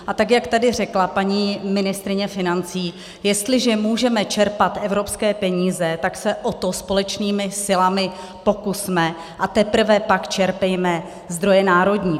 A tak jak tady řekla paní ministryně financí, jestliže můžeme čerpat evropské peníze, tak se o to společnými silami pokusme a teprve pak čerpejme zdroje národní.